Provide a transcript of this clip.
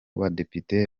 badepite